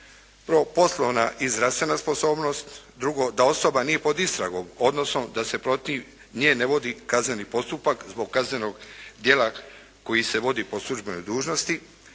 Prvo poslovna i zdravstvena sposobnost, drugo da osoba nije pod istragom odnosno da se protiv nje ne vodi kazneni postupak zbog kaznenog djela koji se vodi po službenoj dužnosti,